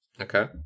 Okay